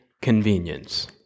convenience